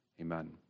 Amen